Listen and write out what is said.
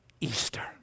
Easter